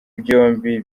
byombi